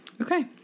Okay